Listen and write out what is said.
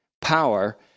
power